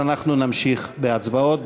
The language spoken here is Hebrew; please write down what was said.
אנחנו נמשיך בהצבעות,